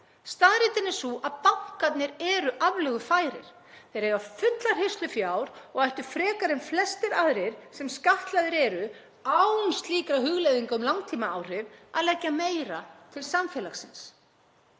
Staðreyndin er sú að bankarnir eru aflögufærir. Þeir eiga fullar hirslur fjár og ættu frekar en flestir aðrir sem skattlagðir eru án slíkra hugleiðinga um langtímaáhrif að leggja meira til samfélagsins